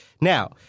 Now